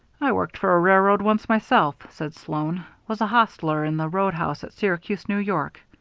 i worked for a railroad once myself, said sloan. was a hostler in the round-house at syracuse, new york.